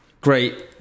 great